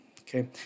Okay